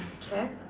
cap